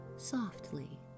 softly